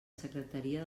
secretaria